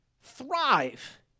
thrive